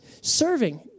Serving